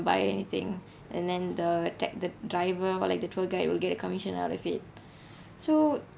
to buy anything and then the that the driver or like the tour guide will get a commission out of it so